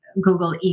Google